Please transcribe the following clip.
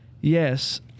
yes